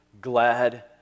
glad